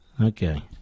Okay